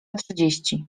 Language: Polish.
trzydzieści